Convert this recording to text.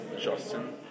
Justin